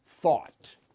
thought